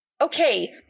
Okay